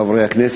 חברי חברי הכנסת,